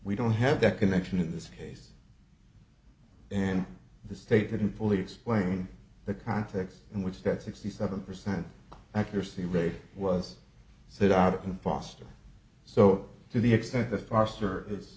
we don't have that connection in this case then the state couldn't fully explain the context in which that sixty seven percent accuracy rate was set out in foster so to the extent the fire s